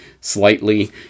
slightly